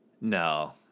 No